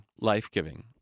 life-giving